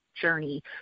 journey